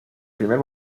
primer